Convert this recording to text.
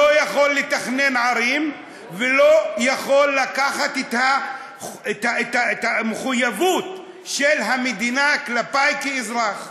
לא יכול לתכנן ערים ולא יכול לקחת את המחויבות של המדינה כלפי כאזרח.